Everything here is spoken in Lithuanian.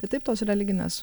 tai taip tos religinės